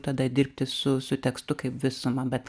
tada dirbti su su tekstu kaip visuma bet